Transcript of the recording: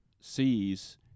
sees